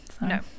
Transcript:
no